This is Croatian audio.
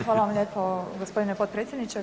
Hvala vam lijepo gospodine potpredsjedniče.